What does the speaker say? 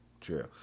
True